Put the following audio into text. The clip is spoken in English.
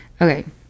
Okay